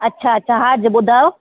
अच्छा अच्छा हा जी ॿुधायो